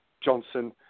Johnson